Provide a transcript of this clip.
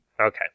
Okay